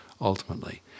ultimately